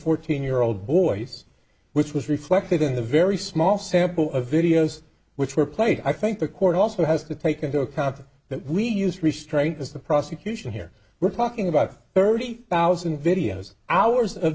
fourteen year old boys which was reflected in the very small sample of videos which were played i think the court also has to take into account that we use restraint as the prosecution here we're talking about thirty thousand videos hours